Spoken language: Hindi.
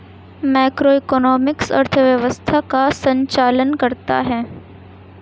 मैक्रोइकॉनॉमिक्स अर्थव्यवस्था का संचालन करता है